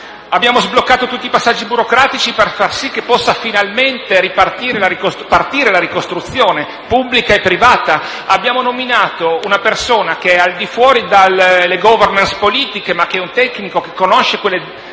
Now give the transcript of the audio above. Abbiamo sbloccato tutti i passaggi burocratici per far sì che possa finalmente partire la ricostruzione pubblica e privata; abbiamo nominato una persona che è al di fuori delle *governance* politiche, ma che è un tecnico che conosce quelle